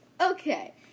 okay